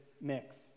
mix